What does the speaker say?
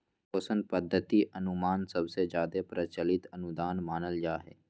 पोषण पद्धति अनुमान सबसे जादे प्रचलित अनुदान मानल जा हय